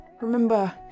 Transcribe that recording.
remember